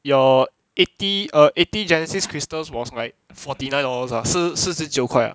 your eighty err eighty genesis crystals was like forty nine dollars ah 四十九块